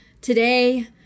today